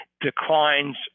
declines